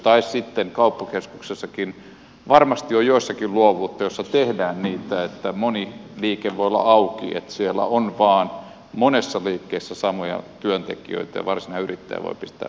tai sitten varmasti on luovuttu joissakin kauppakeskuksissakin joissa tehdään niin että moni liike voi olla auki että siellä on vain monessa liikkeessä samoja työntekijöitä ja varsinainen yrittäjä voi pitää vapaata